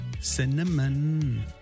cinnamon